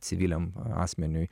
civiliam asmeniui